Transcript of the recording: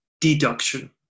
deduction